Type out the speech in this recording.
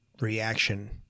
reaction